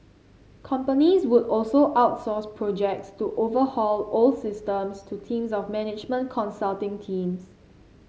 companies would also outsource projects to overhaul old systems to teams of management consulting teams